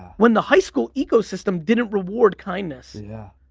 when the high school ecosystem didn't reward kindness. yeah,